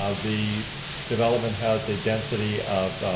ah the development has a density,